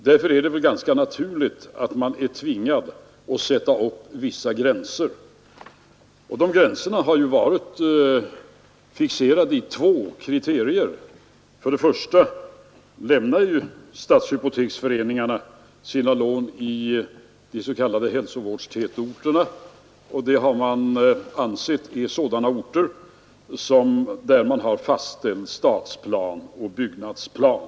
Det är väl alltså ganska naturligt att man måste sätta upp vissa gränser, och de gränserna har varit fixerade i två kriterier. För det första lämnar stadshypoteksföreningarna sina lån i de s.k. hälsovårdstätorterna; det har man ansett är sådana orter där det har fastställts stadsplan och byggnadsplan.